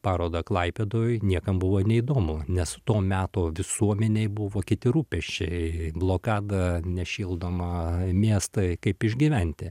parodą klaipėdoj niekam buvo neįdomu nes to meto visuomenei buvo kiti rūpesčiai blokada nešildoma miestai kaip išgyventi